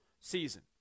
season